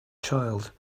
child